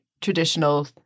traditional